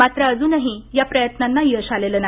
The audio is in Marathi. मात्र अजूनही या प्रयत्नांना यश आलेलं नाही